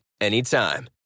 anytime